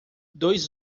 dois